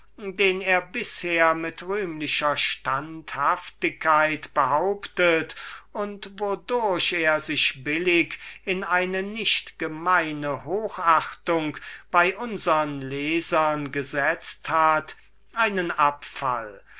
den er bisher mit einer so rühmlichen standhaftigkeit behauptet und wodurch er sich zweifelsohne in eine nicht gemeine hochachtung bei unsern lesern gesetzt hat einen abfall